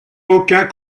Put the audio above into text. aucun